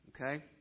Okay